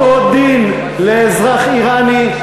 אותו דין לאזרח איראני,